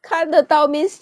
看得到 means